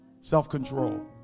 Self-control